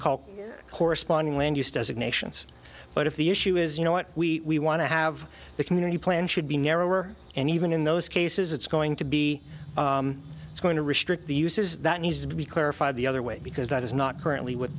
call corresponding land use designations but if the issue is you know what we want to have the community plan should be narrower and even in those cases it's going to be it's going to restrict the uses that needs to be clarified the other way because that is not currently w